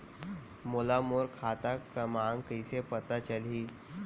मोला मोर खाता क्रमाँक कइसे पता चलही?